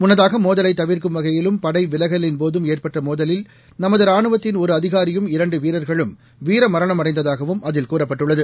முன்னதாக மோதலை தவிர்க்கும் வகையிலும் படை விலகலின்போதும் ஏற்பட்ட மோதலில் நமது ராணுவத்தின் ஒரு அதிகாரியும் இரண்டு வீரர்களும் வீரமரணமடைந்ததாகவும் அதில் கூறப்பட்டுள்ளது